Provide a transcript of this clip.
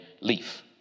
leaf